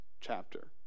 chapter